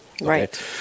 Right